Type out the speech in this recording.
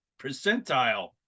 percentile